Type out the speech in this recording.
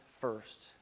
first